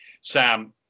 Sam